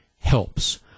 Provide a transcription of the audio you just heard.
helps